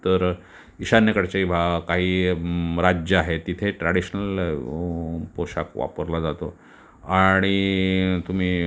तर ईशान्येकडचे भा काही म राज्य आहेत तिथे ट्रॅडिशनल पोशाख वापरला जातो आणि तुम्ही